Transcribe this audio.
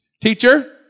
Teacher